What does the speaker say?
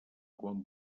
quan